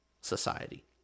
society